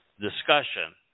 discussion